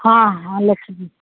ହଁ ହଁ ଲେଖୁଛି